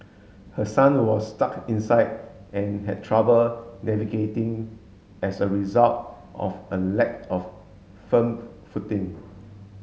her son was stuck inside and had trouble navigating as a result of a lack of firm footing